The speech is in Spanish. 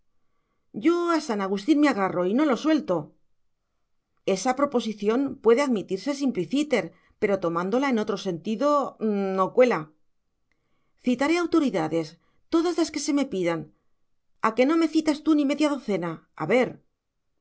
yo a san agustín me agarro y no lo suelto esa proposición puede admitirse simpliciter pero tomándola en otro sentido no cuela citaré autoridades todas las que se me pidan a que no me citas tú ni media docena a ver